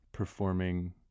performing